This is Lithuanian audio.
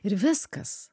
ir viskas